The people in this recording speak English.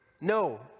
No